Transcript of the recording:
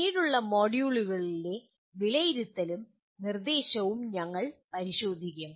പിന്നീടുള്ള മൊഡ്യൂളുകളിലെ വിലയിരുത്തലും നിർദ്ദേശവും ഞങ്ങൾ പരിശോധിക്കും